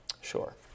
Sure